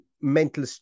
mental